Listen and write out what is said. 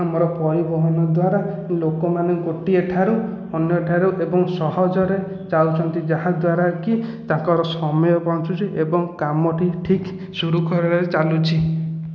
ଆମର ପରିବହନ ଦ୍ୱାରା ଲୋକମାନେ ଗୋଟିଏ ଠାରୁ ଅନ୍ୟ ଠାରୁ ଏବଂ ସହଜରେ ଯାଉଛନ୍ତି ଯାହାଦ୍ୱାରାକି ତାଙ୍କର ସମୟ ବଞ୍ଚୁଛି ଏବଂ କାମଟି ଠିକ୍ ସୁରୁଖୁରୁରେ ଚାଲୁଛି